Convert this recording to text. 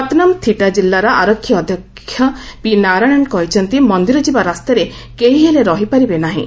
ପତନମ୍ଥିଟା କିଲ୍ଲାର ଆରକ୍ଷୀ ଅଧ୍ୟକ୍ଷ ପି ନାରାୟଣନ୍ କହିଛନ୍ତି ମନ୍ଦିର ଯିବା ରାସ୍ତାରେ କେହି ହେଲେ ରହିପାରିବେ ନାହିଁ